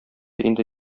инде